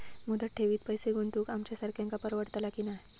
मुदत ठेवीत पैसे गुंतवक आमच्यासारख्यांका परवडतला की नाय?